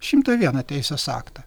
šimtą vieną teisės aktą